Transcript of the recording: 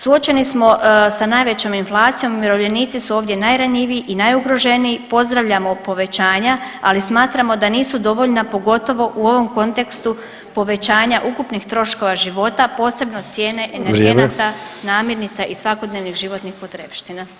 Suočeni smo sa najvećom inflacijom, umirovljenici su ovdje najranjiviji i najugroženiji, pozdravljamo povećanja ali smatramo da nisu dovoljna pogotovo u ovom kontekstu povećanja ukupnih troškova života posebno cijene energenata, namirnica i svakodnevnih životnih potrepština,